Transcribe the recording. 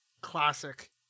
classic